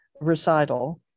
recital